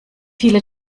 viele